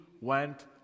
went